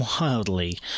wildly